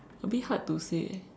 a bit hard to say eh